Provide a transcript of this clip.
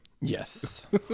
Yes